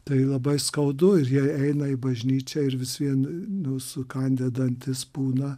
tai labai skaudu ir jie eina į bažnyčią ir vis vien nu sukandę dantis būna